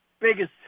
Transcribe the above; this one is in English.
Biggest